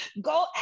Go